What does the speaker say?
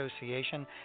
association